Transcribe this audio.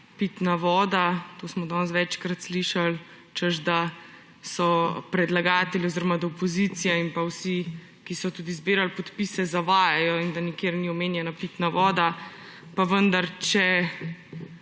pitna voda. To smo danes že večkrat slišali, češ da so predlagatelji oziroma da opozicija in pa vsi, ki so tudi zbirali podpise, zavajajo in da nikjer ni omenjena pitna voda. Pa vendar, če